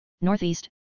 northeast